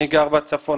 אני גר בצפון.